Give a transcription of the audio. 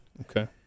Okay